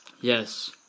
Yes